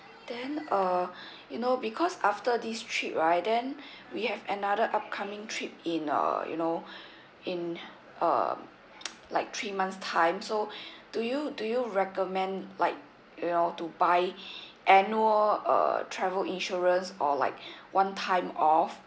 then uh you know because after this trip right then we have another upcoming trip in uh you know in uh like three months time so do you do you recommend like you know to buy annual uh travel insurance or like one time off